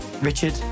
Richard